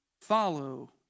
follow